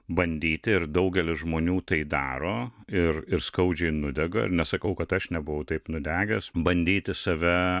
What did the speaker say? bandyti ir daugelis žmonių tai daro ir ir skaudžiai nudega nesakau kad aš nebuvau taip nudegęs bandyti save